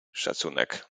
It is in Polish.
szacunek